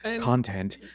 content